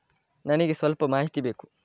ನನಿಗೆ ಸ್ವಲ್ಪ ಮಾಹಿತಿ ಬೇಕು